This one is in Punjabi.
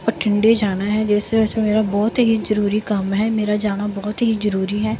ਬਠਿੰਡੇ ਜਾਣਾ ਹੈ ਜਿਸ ਮੇਰਾ ਬਹੁਤ ਹੀ ਜ਼ਰੂਰੀ ਕੰਮ ਹੈ ਮੇਰਾ ਜਾਣਾ ਬਹੁਤ ਹੀ ਜ਼ਰੂਰੀ ਹੈ